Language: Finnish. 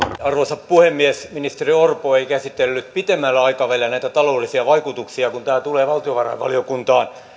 arvoisa puhemies ministeri orpo ei käsitellyt pitemmällä aikavälillä näitä taloudellisia vaikutuksia kun tämä tulee valtiovarainvaliokuntaan